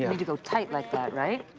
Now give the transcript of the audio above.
you need to go tight like that, right?